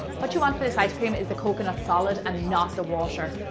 what you want for this ice cream is the coconut solid and not the water.